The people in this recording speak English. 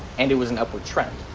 and it was an upward trend.